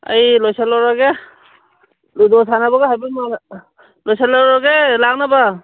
ꯑꯩ ꯂꯣꯏꯁꯜꯂꯨꯔꯒꯦ ꯂꯨꯗꯣ ꯁꯥꯟꯅꯕꯒ ꯍꯥꯏꯐꯦꯠ ꯂꯣꯏꯁꯜꯂꯨꯔꯒꯦ ꯂꯥꯛꯅꯕ